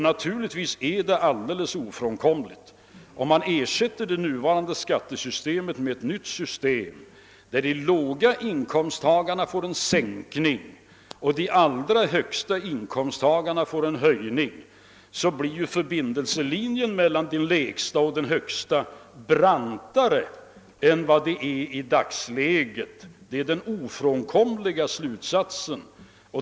Naturligtvis är det alldeles ofrånkomligt, om man ersätter det nuvarande skattesystemet med ett nytt system, som betyder att de låga inkomsttagarna får en sänkning och de allra högsta inkomsttagarna får en höjning, att förbindelselinjen mellan de lägsta och de högsta blir brantare än vad den är i dagsläget. Det är den självklara slutsatsen.